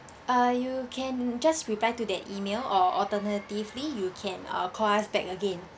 uh you can just reply to that email or alternatively you can uh call us back again